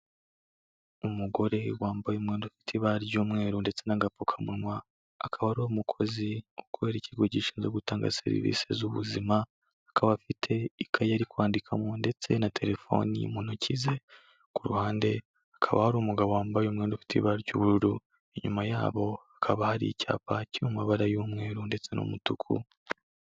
Umugore wambaye umwenda ufite ibara ry'umweru ndetse n'agapfukamunwa, akaba ari umukozi ukorera ikigo gishinzwe gutanga serivisi z'ubuzima, akaba afite ikayi ari kwandikamo ndetse na terefoni mu ntoki ze, ku ruhande hakaba hari umugabo wambaye umwenda ufite ibara ry'ubururu, inyuma yabo hakaba hari icyapa kiri mu mabara y'umweru ndetse n'umutuku.